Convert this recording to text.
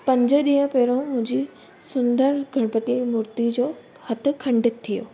पंज ॾींहं पहिरियों मुंहिंजी सुंदर गनपतिअ जी मूर्ती जो हथु खंडित थियो